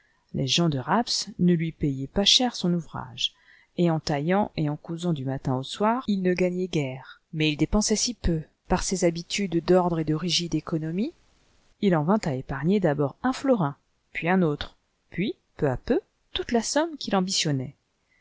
les gens de rapps ne lui payaient pas cher son ouvrage et en taillant et cousant du matin au soir il ne gagnait guère mais il dépensait si peu i par ses habitudes d'ordre et de rigide économie il en vint à épargner d'abord un florin puis un autre puis peu à peu toute la somme qu'il ambitionnait